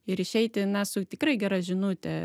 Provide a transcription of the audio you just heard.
ir išeiti na su tikrai gera žinute